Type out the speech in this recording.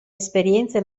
esperienze